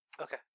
Okay